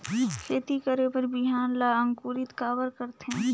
खेती करे बर बिहान ला अंकुरित काबर करथे?